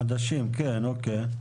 חדשים, כן, אוקיי.